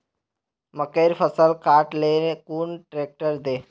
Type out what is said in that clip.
मकईर फसल काट ले कुन ट्रेक्टर दे?